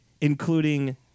including